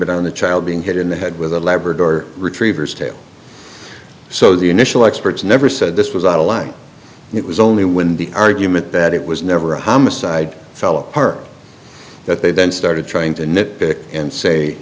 it on the child being hit in the head with a labrador retrievers tail so the initial experts never said this was out of line and it was only when the argument that it was never a homicide fell apart that they then started trying to nitpick and say